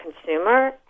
consumer